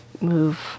move